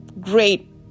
great